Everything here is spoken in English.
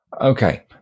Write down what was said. Okay